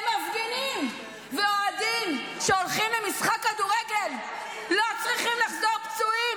מפגינים ואוהדים שהולכים למשחק כדורגל לא צריכים לחזור פצועים,